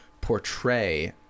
portray